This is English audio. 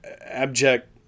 abject